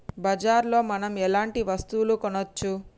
బజార్ లో మనం ఎలాంటి వస్తువులు కొనచ్చు?